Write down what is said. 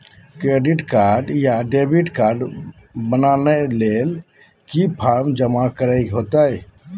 Credit card बोया debit card बनाने ले की की फॉर्म जमा करे होते?